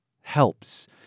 helps